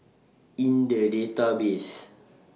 in The Database